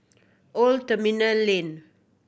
Old Terminal Lane